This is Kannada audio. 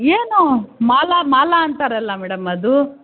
ಏನೋ ಮಾಲಾ ಮಾಲಾ ಅಂತಾರಲ್ಲ ಮೇಡಮ್ ಅದು